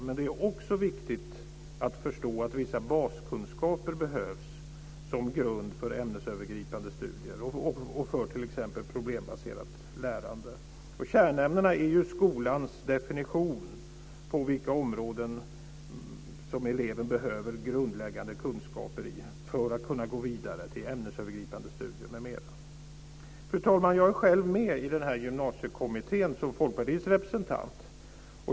Men det är också viktigt att förstå att vissa baskunskaper behövs som grund för ämnesövergripande studier och för t.ex. problembaserat lärande. Kärnämnena är ju skolans definition på vilka områden som eleven behöver grundläggande kunskaper i för att kunna gå vidare till ämnesövergripande studier m.m. Fru talman! Jag är själv med i Gymnasiekommittén som Folkpartiets representant.